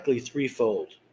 threefold